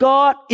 God